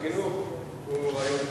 החוץ והביטחון וועדת החינוך הוא רעיון טוב.